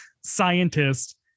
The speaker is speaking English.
scientist